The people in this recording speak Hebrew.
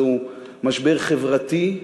זהו משבר חברתי,